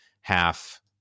half